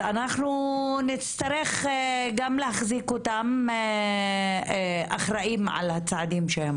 אנחנו נצטרך גם להחזיק אותם אחראים על הצעדים שהם